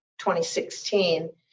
2016